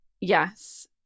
yes